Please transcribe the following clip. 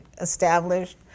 established